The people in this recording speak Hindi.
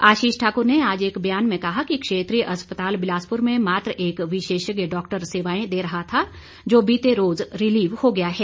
आशीष ठाक्र ने आज एक बयान मे कहा कि क्षेत्रीय अस्पताल बिलासपुर में मात्र एक विशेषज्ञ डाक्टर सेवाएं दे रहा था जो बीते रोज रिलीव हो गया है